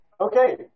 Okay